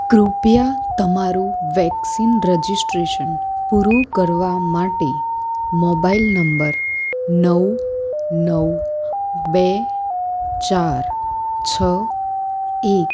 કૃપયા તમારું vaccine registration પૂરું કરવા માટે મોબાઇલ નંબર નવ નવ બે ચાર છ એક